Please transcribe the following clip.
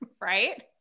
right